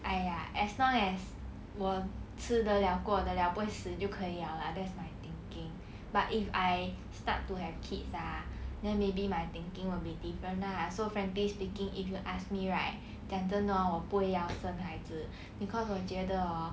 !aiya! as long as 我吃的 liao 过的 liao 不会死就可以 liao lah that's my thinking but if I start to have kids ah then maybe my thinking will be different lah so frankly speaking if you ask me right 讲真的 hor 我不会要生孩子 cause 我觉得 hor